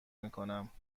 میکنم